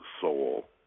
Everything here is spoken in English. soul